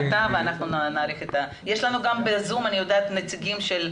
שלום וברכה.